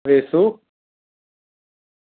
Vesu